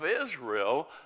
Israel